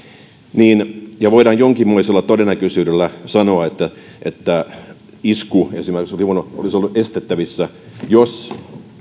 ja voidaan jonkinmoisella todennäköisyydellä sanoa että että esimerkiksi isku olisi ollut estettävissä jos